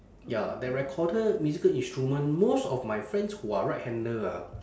ya that recorder musical instrument most of my friends who are right hander ah